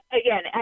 Again